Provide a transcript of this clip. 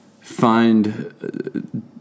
find